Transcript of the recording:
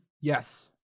Yes